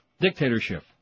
Dictatorship